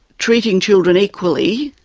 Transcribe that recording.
treating children equally,